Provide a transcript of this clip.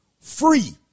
free